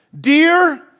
Dear